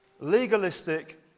legalistic